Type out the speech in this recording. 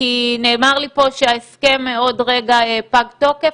נאמר לי פה שההסכם עוד רגע פג תוקף,